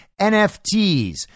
NFTs